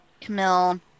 Camille